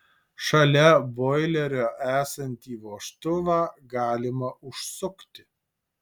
šalia boilerio esantį vožtuvą galima užsukti